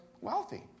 wealthy